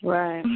Right